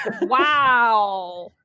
Wow